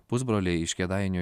pusbroliai iš kėdainių